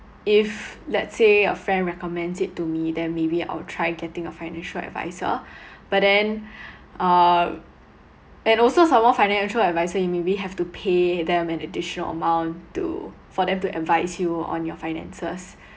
if let's say a friend recommends it to me then maybe I'll try getting a financial adviser but then uh and also some more financial adviser you maybe have to pay them an additional amount to for them to advise you on your finances